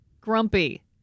grumpy